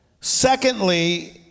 Secondly